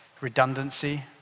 Redundancy